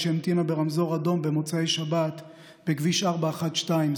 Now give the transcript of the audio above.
שהמתינה ברמזור אדום במוצאי שבת בכביש 412,